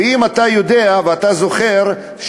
ואם אתה יודע ואתה זוכר,